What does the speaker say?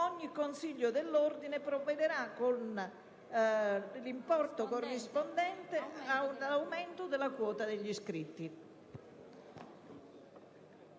ogni consiglio dell'ordine provvederà per l'importo corrispondente ad un aumento della quota degli iscritti».